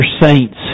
saints